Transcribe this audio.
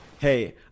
Hey